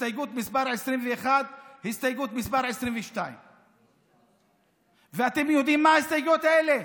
הסתייגות מס' 21 והסתייגות מס' 22. אתם יודעים מהן ההסתייגויות האלה?